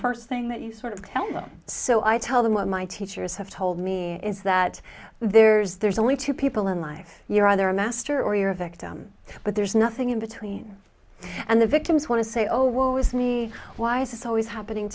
first thing that you sort of tell them so i tell them what my teachers have told me is that there's there's only two people in life you're either a master or you're a victim but there's nothing in between and the victims want to say oh woe is me why is this always happening